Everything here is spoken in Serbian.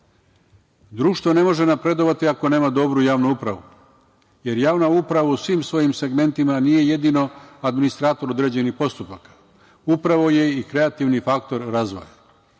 društvo. Društvo ne može napredovati ako nema dobru javnu upravu, jer javna uprava u svim svojim segmentima nije jedino administrator određenih postupaka. Upravo je i kreativni faktor razvoj. Uprava